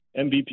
MVP